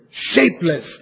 shapeless